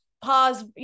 pause